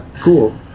Cool